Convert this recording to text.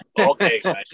Okay